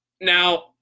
Now